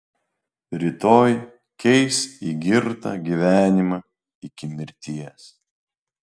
rytoj keis į girtą gyvenimą iki mirties